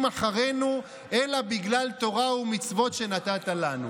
אחרינו אלא בגלל תורה ומצוות שנתת לנו.